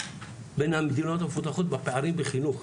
בין המדינות המפותחות בפערים בחינוך,